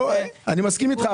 אני מסכים איתך.